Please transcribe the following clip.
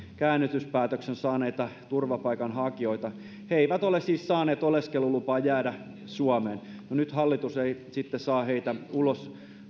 käännytyspäätöksen saaneita turvapaikanhakijoita he eivät ole siis saaneet oleskelulupaa jäädä suomeen nyt hallitus ei sitten saa heitä ulos